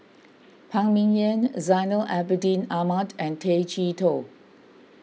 Phan Ming Yen Zainal Abidin Ahmad and Tay Chee Toh